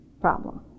problem